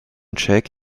tchèque